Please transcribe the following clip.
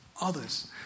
others